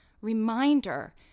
reminder